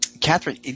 Catherine